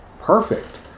perfect